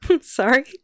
Sorry